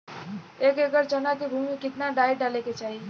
एक एकड़ चना के भूमि में कितना डाई डाले के चाही?